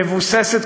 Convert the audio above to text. המבוססת,